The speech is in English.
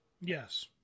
Yes